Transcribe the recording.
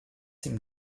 seem